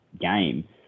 game